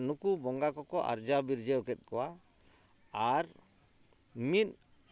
ᱱᱩᱠᱩ ᱵᱚᱸᱜᱟ ᱠᱚᱠᱚ ᱟᱨᱡᱟᱣ ᱵᱤᱨᱡᱟᱹᱣ ᱠᱮᱫ ᱠᱚᱣᱟ ᱟᱨ ᱢᱤᱫ